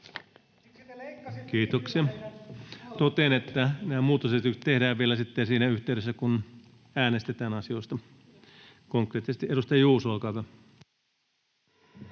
Kiitoksia! — Totean, että nämä muutosesitykset tehdään vielä sitten siinä yhteydessä, kun äänestetään asioista konkreettisesti. — Edustaja Juuso, olkaa